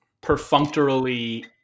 perfunctorily